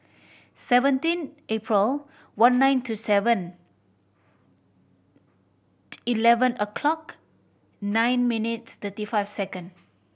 seventeen April one nine two seven eleven o'clock nine minutes thirty five second